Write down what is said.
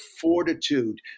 fortitude